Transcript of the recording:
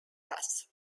bus